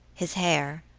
his hair,